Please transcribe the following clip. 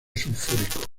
sulfúrico